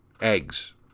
eggs